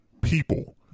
people